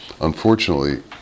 Unfortunately